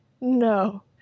no